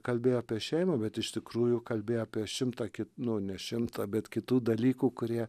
kalbėjo apie šeimą bet iš tikrųjų kalbėjo apie šimtą kit nu ne šimtą bet kitų dalykų kurie